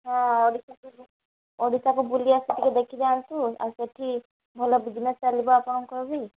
ହଁ ଓଡ଼ିଶାକୁ ଓଡ଼ିଶାକୁ ବୁଲି ଆସିକି ଦେଖିକି ଯାଆନ୍ତୁ ଆଉ ସେଠି ଭଲ ବିଜନେସ୍ ଚାଲିବ ଆପଣଙ୍କର ବି